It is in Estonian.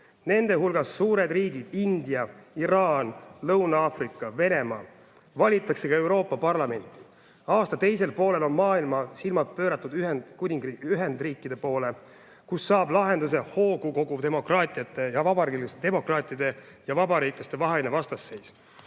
nende hulgas suured BRICS-i riigid, nagu India, Iraan, Lõuna-Aafrika, Venemaa. Valitakse ka Euroopa Parlamenti, aasta teisel poolel on maailma silmad pööratud Ühendriikide poole, kus saab lahenduse hoogu koguv demokraatide ja vabariiklaste vaheline vastasseis.